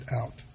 out